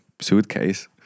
suitcase